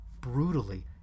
brutally